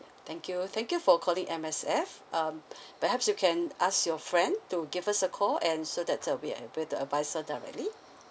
thank you thank you for calling M_S_F um perhaps you can ask your friend to give us a call and so that uh we are able to advise her directly